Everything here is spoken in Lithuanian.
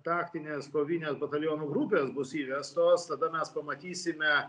taktinės kovinės batalionų grupės bus įvestos tada mes pamatysime